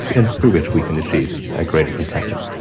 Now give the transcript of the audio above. and through which we can achieve a greater contentment.